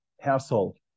household